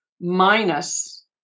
minus